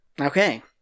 Okay